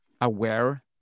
aware